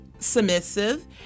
submissive